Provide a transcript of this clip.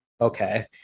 okay